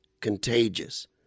contagious